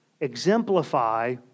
exemplify